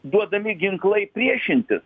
duodami ginklai priešintis